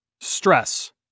Stress